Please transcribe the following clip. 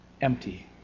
empty